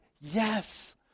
yes